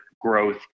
growth